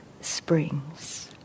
springs